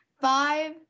Five